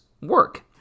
work